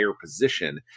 position